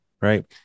Right